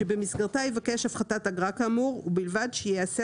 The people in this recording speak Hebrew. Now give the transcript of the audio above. שבמסגרתה יבקש הפחתת אגרה כאמור ובלבד שיעשה